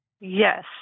Yes